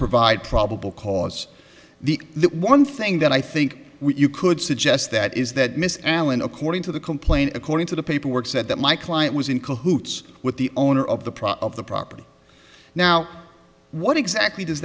provide probable cause the one thing that i think you could suggest that is that miss allen according to the complaint according to the paperwork said that my client was in cahoots with the owner of the price of the property now what exactly does